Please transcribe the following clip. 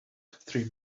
three